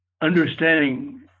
understanding